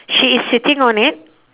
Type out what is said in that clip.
she is sitting on it